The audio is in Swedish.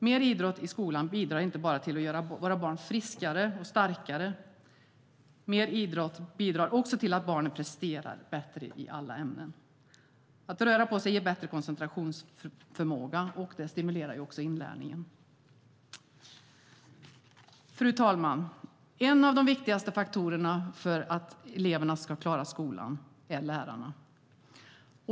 Mer idrott i skolan bidrar inte bara till att göra våra barn friskare och starkare; mer idrott bidrar också till att barnen presterar bättre i alla ämnen. Att röra på sig ger bättre koncentrationsförmåga, och det stimulerar också inlärningen. Fru talman! En av de viktigaste faktorerna för att eleverna ska klara skolan är lärarna.